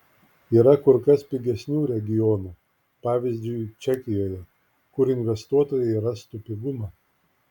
yra kur kas pigesnių regionų pavyzdžiui čekijoje kur investuotojai rastų pigumą